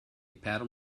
paddle